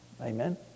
Amen